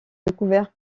découvert